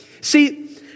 See